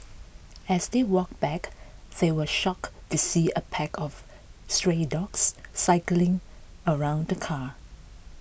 as they walked back they were shocked to see a pack of stray dogs circling around the car